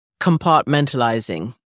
compartmentalizing